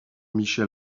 michel